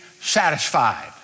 satisfied